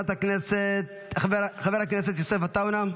חבר הכנסת יוסף עטאונה,